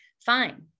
fine